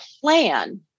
plan